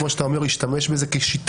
כמו שאתה אומר הוא השתמש בזה כשיטה,